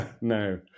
No